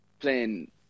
playing